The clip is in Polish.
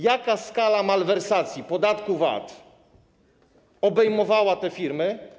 Jaka skala malwersacji podatku VAT obejmowała te firmy?